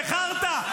זה חרטא.